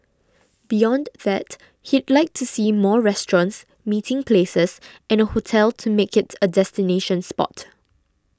beyond that he'd like to see more restaurants meeting places and a hotel to make it a destination spot